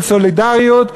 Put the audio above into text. של סולידריות,